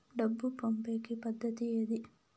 డబ్బు పంపేకి పద్దతి ఏది